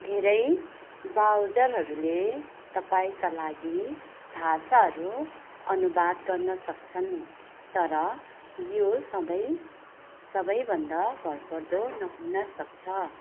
धेरै ब्राउजरहरूले तपाईँका लागि भाषाहरू अनुवाद गर्न सक्छन् तर यो सधैँ सबैभन्दा भरपर्दो नहुन सक्छ